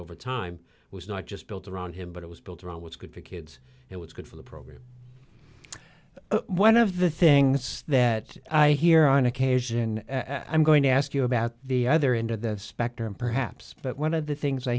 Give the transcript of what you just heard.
over time was not just built around him but it was built around what's good for kids it was good for the program one of the things that i hear on occasion as i'm going to ask you about the other end of the spectrum perhaps but one of the things i